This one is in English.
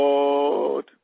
Lord